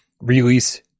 release